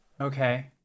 Okay